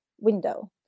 window